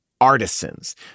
artisans